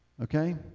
Okay